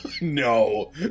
No